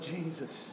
Jesus